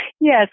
Yes